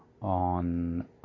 on